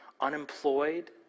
unemployed